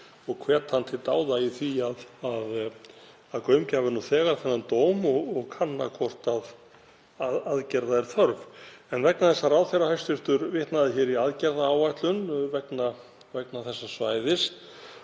Ég hvet hann til dáða í því að gaumgæfa nú þegar þennan dóm og kanna hvort aðgerða er þörf. En vegna þess að hæstv. ráðherra vitnaði í aðgerðaáætlun vegna þessa svæðis